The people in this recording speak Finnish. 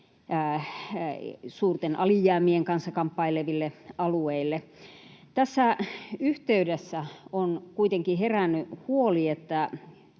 suurten alijäämien kanssa kamppaileville alueille. Tässä yhteydessä on kuitenkin herännyt huoli, että